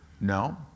No